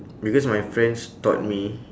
because my friends taught me